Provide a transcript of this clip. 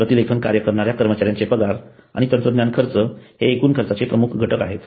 प्रतिलेखन कार्य करणाऱ्या कर्मचार्यांचे पगार आणि तंत्रज्ञान खर्च हे एकूण खर्चाचे प्रमुख घटक आहेत